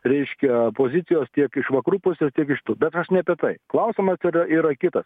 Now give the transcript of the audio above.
reiškia pozicijos tiek iš vakarų pusės tiek iš tų bet aš ne apie tai klausimas yra yra kitas